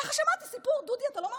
ככה שמעתי, סיפור, דודי, אתה לא מאמין.